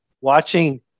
watching